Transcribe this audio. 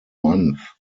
month